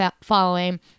following